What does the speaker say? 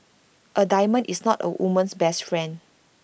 A diamond is not A woman's best friend